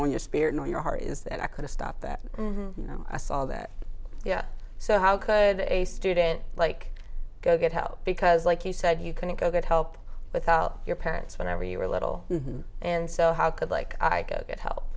going your spirit or your heart is that i could've stopped that you know i saw that yeah so how could a student like go get help because like you said you couldn't go get help without your parents whatever you were little and so how could like get help